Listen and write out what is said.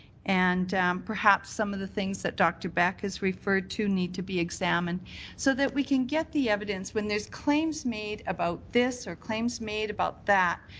and perhaps some of the things that dr. beck has referred to need to be examined so we can get the evidence, when there is claims made about this or claims made about that,